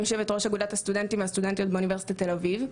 אני יושבת-ראש אגודת הסטודנטים והסטודנטיות באוניברסיטת תל-אביב.